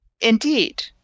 Indeed